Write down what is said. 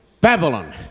Babylon